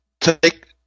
take